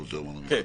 כמו שאמרנו קודם.